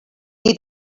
qui